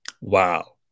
Wow